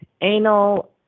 anal